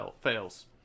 fails